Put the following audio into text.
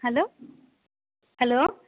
hello hello